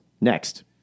Next